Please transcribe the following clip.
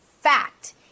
fact